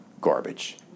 garbage